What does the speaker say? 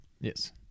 Yes